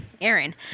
Aaron